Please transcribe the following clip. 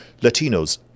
Latinos